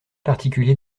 particuliers